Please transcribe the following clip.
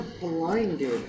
blinded